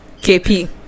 KP